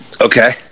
Okay